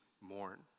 mourn